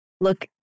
Look